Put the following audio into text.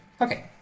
Okay